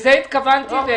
לזה התכוונתי.